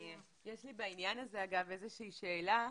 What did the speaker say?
יש לי בעניין הזה איזה שהיא שאלה,